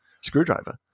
screwdriver